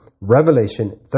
Revelation